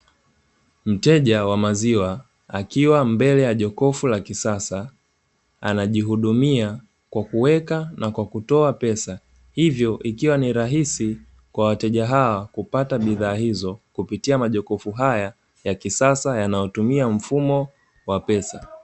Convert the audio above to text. Mteja wa maziwa akiwa mbele ya jokofu la kisasa, anajihudumia kwa kuweka na kwa kutoa pesa, hivyo ikiwa ni rahisi kwa wateja hawa kupata bidhaa hizo, kupitia majokofu haya ya kisasa yanayotumia mfumo wa pesa.